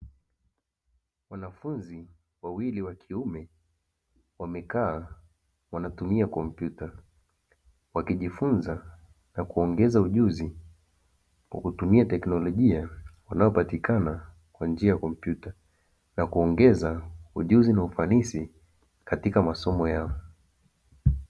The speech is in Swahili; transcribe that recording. Wanafunzi wawili wa kiume wamekaa wanatumia kompyuta, wakijifunza na kuongeza ujuzi kwa kutumia teknolojia inayopatikana kwa njia ya kompyuta, na kuongeza ujuzi na ufanisi katika masomo yao.